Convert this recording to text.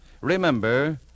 Remember